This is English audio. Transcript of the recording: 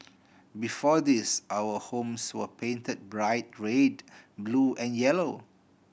before this our homes were painted bright red blue and yellow